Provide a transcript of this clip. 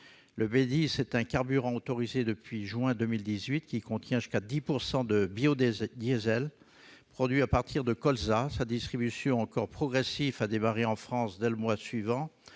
Le B10 est un carburant autorisé depuis juin 2018, qui contient jusqu'à 10 % de biodiesel produit à partir de colza. Sa distribution, encore progressive, a démarré en France dès le mois suivant